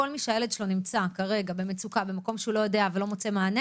כל מי שהילד שלו נמצא כרגע במצוקה במקום שהוא לא יודע ולא מוצא מענה